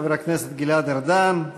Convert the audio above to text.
חבר הכנסת גלעד ארדן.